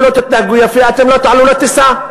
אם לא תתנהגו יפה, אתם לא תעלו לטיסה.